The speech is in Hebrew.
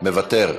מוותרת.